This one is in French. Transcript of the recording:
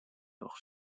leur